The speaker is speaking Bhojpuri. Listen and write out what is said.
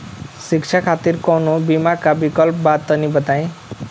शिक्षा खातिर कौनो बीमा क विक्लप बा तनि बताई?